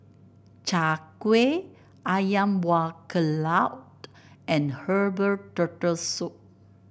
Chai Kueh ayam Buah Keluak and Herbal Turtle Soup